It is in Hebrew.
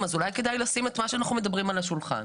אז אולי כדאי לשים את מה שאנחנו מדברים על השולחן.